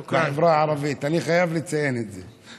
אני חייב לציין את זה.